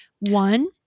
one